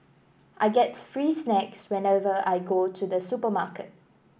I get free snacks whenever I go to the supermarket